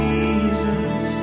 Jesus